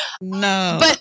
no